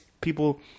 people